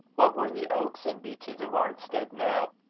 what were the oaks and beeches of arnstead now?